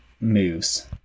moves